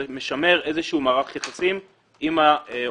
זה משמר איזשהו מערך יחסים עם העובדים